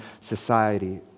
society